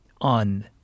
on